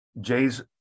Jay's